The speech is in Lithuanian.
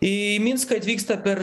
į minską atvyksta per